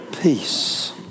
Peace